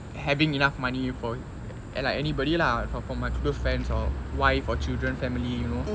having enough money for you like anybody lah for for my close friends or wife or children family you know